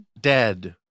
Dead